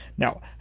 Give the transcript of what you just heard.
Now